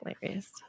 hilarious